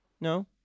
no